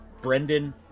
Brendan